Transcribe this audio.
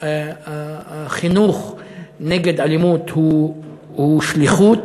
החינוך נגד אלימות הוא שליחות,